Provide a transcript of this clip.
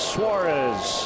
Suarez